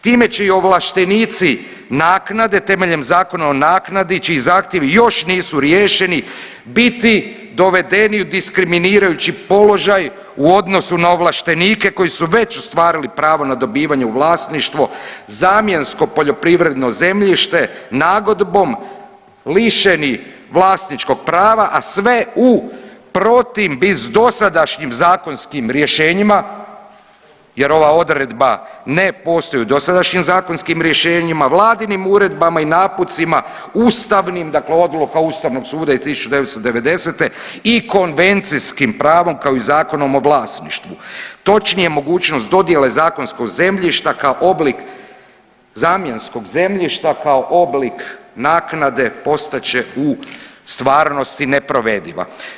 Time će i ovlaštenici naknade temeljem Zakona o naknadi čiji zahtjevi još nisu riješeni biti dovedeni u diskriminirajući položaj u odnosu na ovlaštenike koji su već ostvarili pravo na dobivanje u vlasništvo zamjensko poljoprivredno zemljište nagodbom lišeni vlasničkog prava, a sve u protimbis dosadašnjim zakonskim rješenjima jer ova odredba ne postoji u dosadašnjim zakonskim rješenjima, vladinim uredbama i napucima, ustavnim dakle odluka ustavnog suda iz 1990. i konvencijskim pravom, kao i Zakonom o vlasništvu, točnije mogućnost dodjele zakonskog zemljišta kao oblik zamjenskog zemljišta kao oblik naknade postat će u stvarnosti neprovediva.